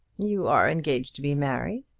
you are engaged to be married.